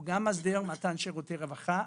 הוא גם מסדיר מתן שירותי רווחה,